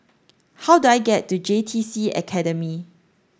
how do I get to J T C Academy